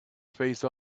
face